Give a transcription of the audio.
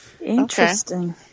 Interesting